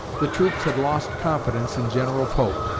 the troops had lost confidence in general pope,